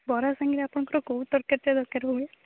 ବରା ସାଙ୍ଗରେ ଆପଣଙ୍କର କେଉଁ ତରକାରୀଟା ଦରକାର ହୁଏ